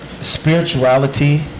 spirituality